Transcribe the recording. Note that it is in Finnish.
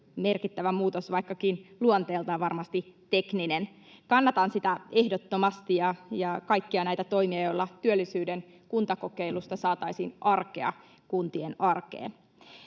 merkittävä muutos, vaikkakin luonteeltaan varmasti tekninen. Kannatan sitä ehdottomasti ja kaikkia näitä toimia, joilla työllisyyden kuntakokeilusta saataisiin apua kuntien arkeen.